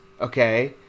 okay